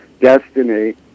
destiny